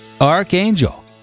Archangel